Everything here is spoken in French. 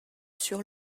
sur